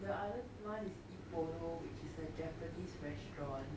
the other one is Ippudo which is a japanese restaurant